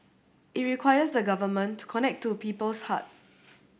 it requires the Government to connect to people's hearts